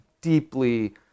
deeply